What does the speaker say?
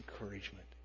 encouragement